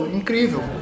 incrível